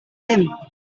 him